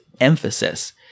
emphasis